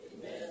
Amen